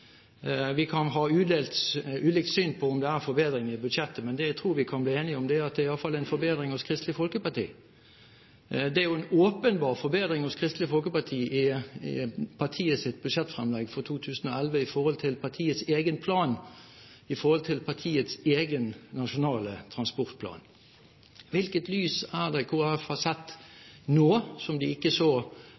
Vi kan ha ulikt syn på om det er forbedring i budsjettet, men det jeg tror vi kan bli enige om, er at det i hvert fall er en forbedring hos Kristelig Folkeparti. Det er jo en åpenbar forbedring hos Kristelig Folkeparti i partiets budsjettframlegg for 2011 i forhold til partiets egen plan, i forhold til partiets egen nasjonale transportplan. Hvilket lys er det Kristelig Folkeparti har sett nå, som de ikke så